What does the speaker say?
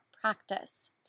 practice